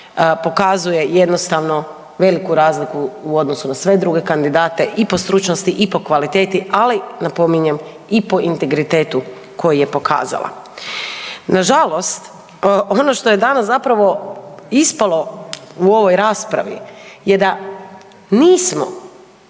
pokazuje jednostavno veliku razliku u odnosu na sve druge kandidate i po stručnosti i po kvaliteti, ali napominjem i po integritetu koji je pokazala. Na žalost ono što je danas zapravo ispalo u ovoj raspravi je da nismo